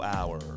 Hour